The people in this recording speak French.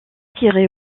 tiré